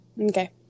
Okay